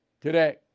today